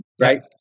right